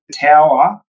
tower